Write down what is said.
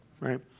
Right